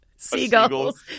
seagulls